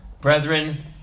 brethren